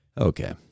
Okay